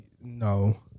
No